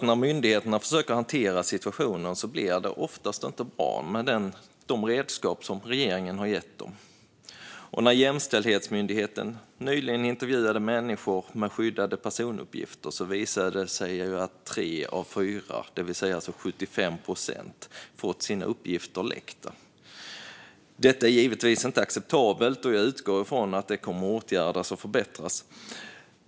När myndigheterna försöker hantera situationen blir det oftast inte bra med de redskap regeringen har gett dem. När Jämställdhetsmyndigheten nyligen intervjuade människor med skyddade personuppgifter visade det sig att tre av fyra, det vill säga 75 procent, fått sina uppgifter läckta. Detta är givetvis inte acceptabelt, och jag utgår ifrån att det kommer att åtgärdas och förbättras.